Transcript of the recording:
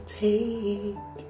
take